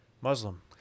Muslim